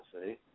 See